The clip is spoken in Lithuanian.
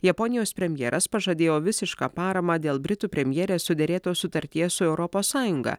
japonijos premjeras pažadėjo visišką paramą dėl britų premjerės suderėtos sutarties su europos sąjunga